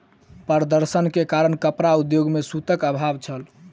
प्रदर्शन के कारण कपड़ा उद्योग में सूतक अभाव छल